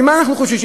ממה אנחנו חוששים?